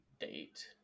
date